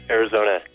Arizona